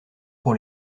pour